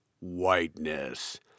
whiteness